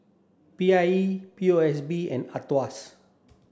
P I E P O S B and AETOS